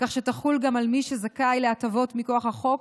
כך שתחול גם על מי שזכאי להטבות מכוח החוק